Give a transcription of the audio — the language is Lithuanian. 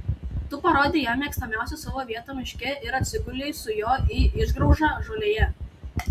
tu parodei jam mėgstamiausią savo vietą miške ir atsigulei su juo į išgraužą žolėje